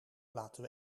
laten